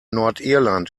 nordirland